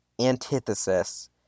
antithesis